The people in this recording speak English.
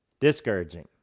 discouraging